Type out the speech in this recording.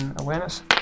awareness